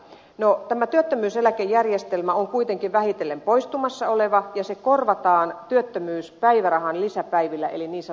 no tämä työttömyyseläkejärjestelmä on kuitenkin vähitellen poistumassa oleva ja se korvataan työttömyyspäivärahan lisäpäivillä eli niin sanotulla työttömyysputkella